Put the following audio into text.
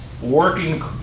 working